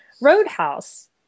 Roadhouse